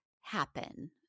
happen